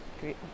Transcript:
Great